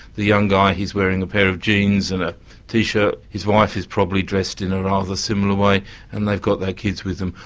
the young guy is wearing a pair of jeans and a t-shirt, his wife is probably dressed in a rather similar way and they've got their kids with them.